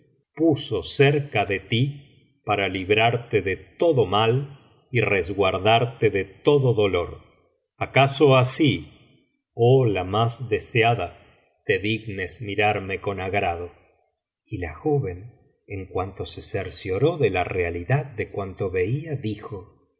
puso cerca de ti para librarte de todo mal y resguardarte de todo dolor acaso así oh la mas deseada te dignes mirarme con agrado y la joven en cuanto se cercioró de la realidad de cuanto veía dijo